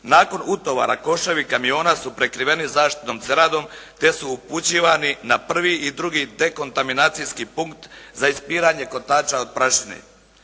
Nakon utovara koševi kamiona su prekriveni zaštitnom ceradom, te su upućivani na prvi i drugi dekontaminacijski punkt za ispiranje kotača od prašine.